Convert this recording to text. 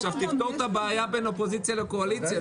תפתור עכשיו את הבעיה בין האופוזיציה לקואליציה?